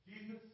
Jesus